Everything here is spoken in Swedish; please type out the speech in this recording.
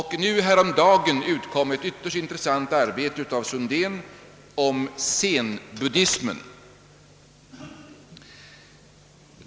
Häromdagen utkom ett ytterst intressant arbete av Sundén om Zen-buddhismen.